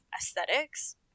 aesthetics